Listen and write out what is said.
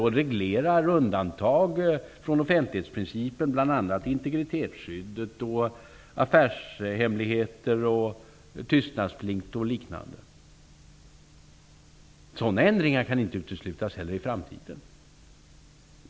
Där regleras undantag från offentlighetsprincipen, integritetsskyddet, affärshemligheter, tystnadsplikt och liknande. Sådana ändringar kan inte uteslutas heller i framtiden.